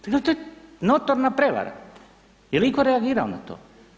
To je notorna prevara, jel' itko reagira na to?